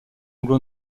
anglo